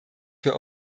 für